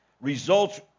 results